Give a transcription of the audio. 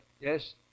yes